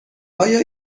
آیا